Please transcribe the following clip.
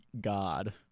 God